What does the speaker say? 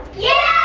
yeah!